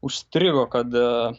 užstrigo kad